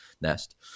Nest